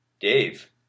Dave